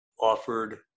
offered